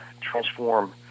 transform